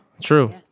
true